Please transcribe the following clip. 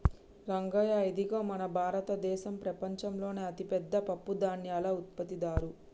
రంగయ్య ఇదిగో మన భారతదేసం ప్రపంచంలోనే అతిపెద్ద పప్పుధాన్యాల ఉత్పత్తిదారు